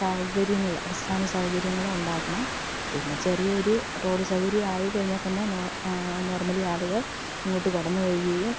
സൗകര്യങ്ങൾ അടിസ്ഥാന സൗകര്യങ്ങൾ ഉണ്ടാക്കണം പിന്നെ ചെറിയൊരു റോഡ് സൗകര്യം ആയിക്കഴിഞ്ഞാൽത്തന്നെ നോർമലി ആളുകൾ ഇങ്ങോട്ട് കടന്നുവരികയും